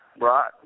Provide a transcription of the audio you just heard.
right